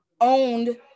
owned